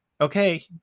okay